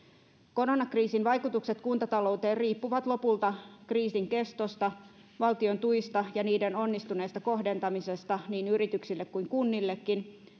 koronakriisin vaikutukset kuntatalouteen riippuvat lopulta kriisin kestosta valtion tuista ja niiden onnistuneesta kohdentamisesta niin yrityksille kuin kunnillekin